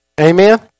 Amen